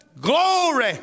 glory